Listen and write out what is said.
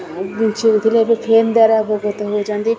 ବିଞ୍ଛଉଥିଲେ ଏବେ ଫ୍ୟାନ୍ ଦ୍ଵାରା ଉପକୃତ ହେଉଛନ୍ତି